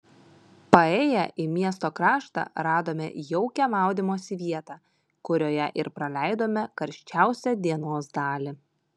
paėję į miesto kraštą radome jaukią maudymosi vietą kurioje ir praleidome karščiausią dienos dalį